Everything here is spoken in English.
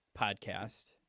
podcast